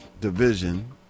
division